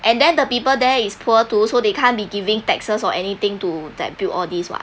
and then the people there is poor too so they can't be giving taxes or anything to that build all these [what]